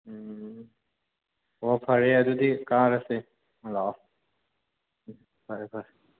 ꯎꯝ ꯑꯣ ꯐꯔꯦ ꯑꯗꯨꯗꯤ ꯀꯥꯔꯁꯦ ꯂꯥꯛꯑꯣ ꯐꯔꯦ ꯐꯔꯦ